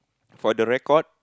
for the record